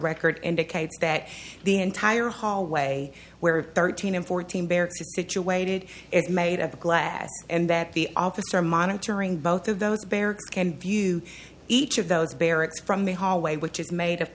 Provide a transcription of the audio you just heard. record indicates that the entire hallway where thirteen and fourteen bear situated it made of glass and that the officer monitoring both of those bear can view each of those barracks from the hallway which is made